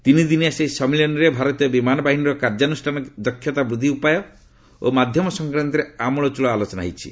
ତିନିଦିନିଆ ସେହି ସମ୍ମିଳନୀରେ ଭାରତୀୟ ବିମାନ ବାହିନୀର କାର୍ଯ୍ୟାନୃଷ୍ଣାନ କ୍ଷମତା ବୃଦ୍ଧି ଉପାୟ ଓ ମାଧ୍ୟମ ସଂକ୍ୱାନ୍ତରେ ଆମ୍ବଳଚ୍ଚଳ ଆଲୋଚନା ହୋଇଛି